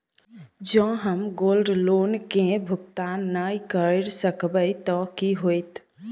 जँ हम gold loan केँ भुगतान न करऽ सकबै तऽ की होत?